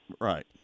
Right